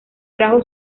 trajo